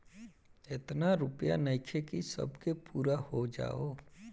एतना रूपया नइखे कि सब के पूरा हो जाओ